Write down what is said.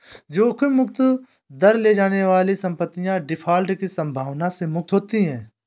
जोखिम मुक्त दर ले जाने वाली संपत्तियाँ डिफ़ॉल्ट की संभावना से मुक्त होती हैं